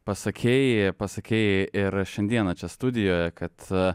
pasakei pasakei ir šiandieną čia studijoje kad